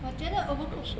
我觉得 Overcooked